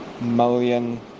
million